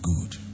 good